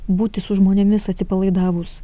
būti su žmonėmis atsipalaidavus